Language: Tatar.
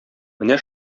менә